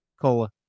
Cola